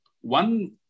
one